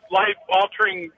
life-altering